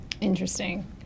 Interesting